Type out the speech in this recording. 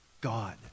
God